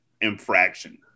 infraction